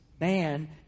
man